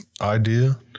idea